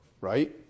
right